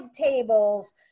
tables